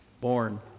born